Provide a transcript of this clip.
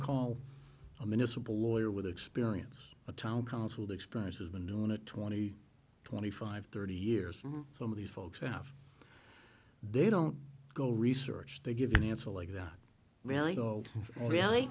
call a minister boy or with experience a town council experience has been doing it twenty twenty five thirty years some of these folks have they don't go research they give you an answer like that really go really